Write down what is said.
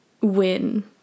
win